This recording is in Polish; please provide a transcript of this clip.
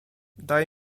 daj